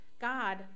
God